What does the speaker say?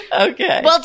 Okay